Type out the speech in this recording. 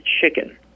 chicken